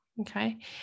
okay